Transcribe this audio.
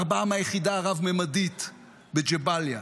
ארבעה מהיחידה הרב-ממדית בג'באליה,